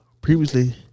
previously